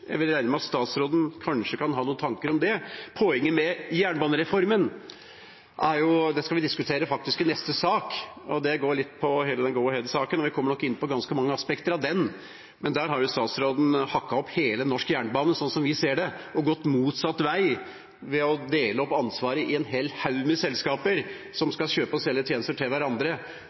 Jeg regner med at statsråden kanskje har noen tanker om det. Til jernbanereformen: Den skal vi faktisk diskutere i neste sak. Det handler litt om Go-Ahead-saken, og vi kommer nok inn på ganske mange aspekter av den. Statsråden har jo hakket opp hele den norske jernbanen, slik vi ser det, og gått motsatt vei ved å dele opp ansvaret i en hel haug med selskaper som skal kjøpe og selge tjenester til hverandre.